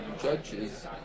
judges